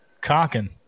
cocking